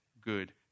good